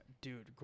Dude